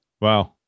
wow